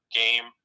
game